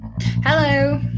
Hello